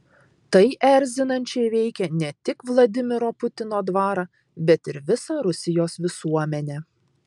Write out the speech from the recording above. tai erzinančiai veikia ne tik vladimiro putino dvarą bet ir visą rusijos visuomenę